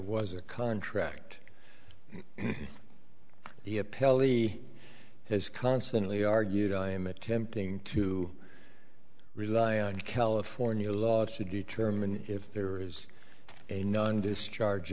was a contract and the appellee has constantly argued i am attempting to rely on california law to determine if there is a nun discharge